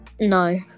no